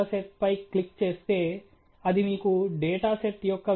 మీరు ఆలోచించవచ్చు మీరు ఏదైనా ప్రక్రియ తీసుకొని దానిని ఈ ఆర్కిటెక్చర్లో వేయవచ్చు